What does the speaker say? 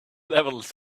levels